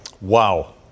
wow